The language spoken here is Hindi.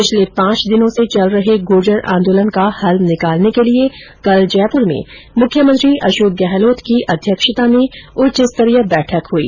पिछले पांच दिनों से चल रहे गुर्जर आंदोलन का हल निकालने के लिए कल जयपुर में मुख्यमंत्री अशोक गहलोत की अध्यक्षता में उच्चस्तरीय बैठक हुई